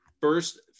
first